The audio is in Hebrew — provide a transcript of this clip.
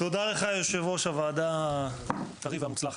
תודה לך, יושב-ראש הוועדה הטרי והמוצלח.